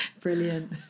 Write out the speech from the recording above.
Brilliant